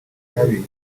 habi